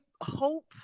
hope